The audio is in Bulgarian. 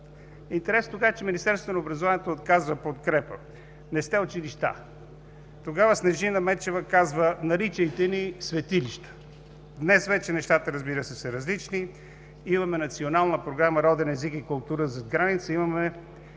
Интересното тогава е, че Министерството на образованието отказва подкрепа. Не сте училища! Тогава Снежина Мечева казва: „Наричайте ни светилища!“. Днес вече нещата, разбира се, са различни. Имаме Национална програма „Роден език и култура зад граница“,